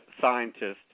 scientists